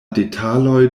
detaloj